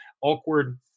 awkward